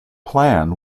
plan